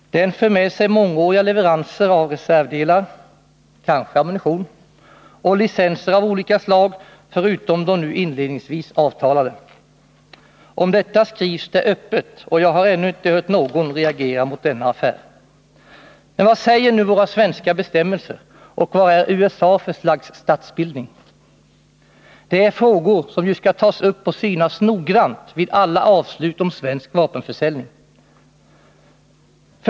Den för med sig mångåriga leveranser av reservdelar, kanske ammunition och licenser av olika slag, förutom de nu inledningsvis avtalade. Om detta skrivs det öppet, och jag har ännu inte hört någon reagera mot denna affär. Men vad säger nu våra svenska bestämmelser, och vad är USA för slags statsbildning? Det är frågor som ju skall tas upp och synas noggrant vid alla avslut om svensk vapenförsäljning.